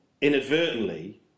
inadvertently